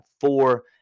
four